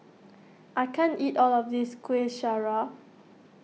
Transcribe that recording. I can't eat all of this Kuih Syara